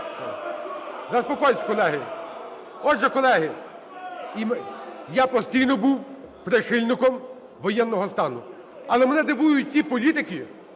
я постійно був прихильником воєнного стану. Але мене дивують ті політики,